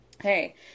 hey